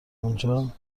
اونجا